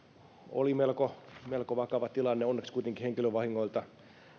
oli melko melko vakava tilanne onneksi kuitenkin henkilövahingoilta